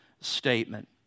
statement